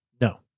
No